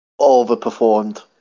overperformed